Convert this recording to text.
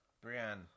Brienne